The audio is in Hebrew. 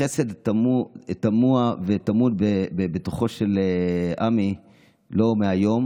החסד מוטמע וטמון בתוכו של עמי לא מהיום